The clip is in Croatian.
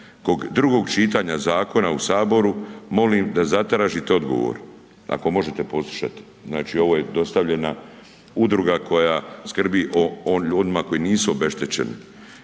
drugog čitanja zakona u Saboru, molim da zatražite odgovor, ako možete poslušati, znači ovo je dostavljena udruga koja skrbi o onima koji nisu obeštećeni